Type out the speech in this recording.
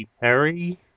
Perry